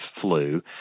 flu